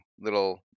little